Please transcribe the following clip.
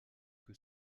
que